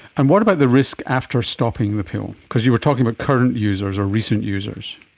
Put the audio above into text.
and what about the risk after stopping the pill? because you were talking about current users or recent users.